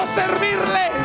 servirle